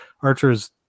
Archer's